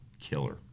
killer